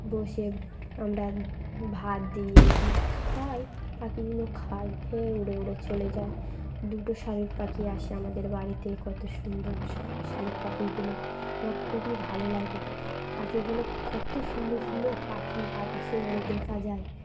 বসে আমরা ভাত দিই এ দিই খায় পাখিগুলো খায় খেয়ে উড়ে উড়ে চলে যায় দুটো শালিক পাখি আসে আমাদের বাড়িতে কত সুন্দর শালিক পাখিগুলো আমার খুবই ভালো লাগে পাখিগুলো কত সুন্দর সুন্দর পাখি আকাশে ওড়ে দেখা যায়